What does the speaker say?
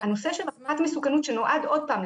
הנושא של הערכת מסוכנות שנועד עוד פעם,